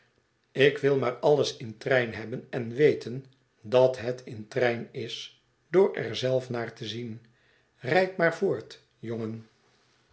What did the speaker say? ik wil maar alles in trein hebben en weten dat het in trein is door er zelf naar te zien rijd maar voort jongen